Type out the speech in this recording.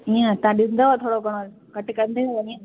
ईअं तव्हां ॾींदव थोरो घणो घटि कंदव ईअं